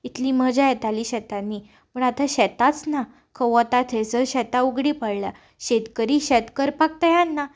इतली मजा येताली शेतांनी पूण आतां शेतांच ना खंय वता थंयसर शेतां उगडीं पडल्यां शेतकरी शेत करपाक तयार ना